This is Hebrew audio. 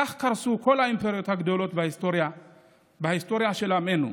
כך קרסו כל האימפריות הגדולות בהיסטוריה של עמנו.